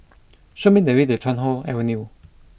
show me the way to Chuan Hoe Avenue